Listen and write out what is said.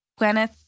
Gwyneth